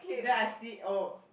then I see oh